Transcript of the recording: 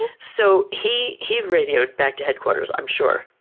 so he he radioed back to headquarters, i'm sure,